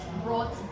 brought